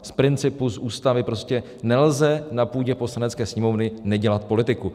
Z principu, z Ústavy, prostě nelze na půdě Poslanecké sněmovny nedělat politiku.